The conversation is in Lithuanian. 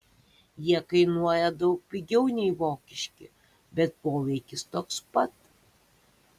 jie kainuoja daug pigiau nei vokiški bet poveikis toks pat